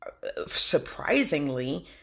surprisingly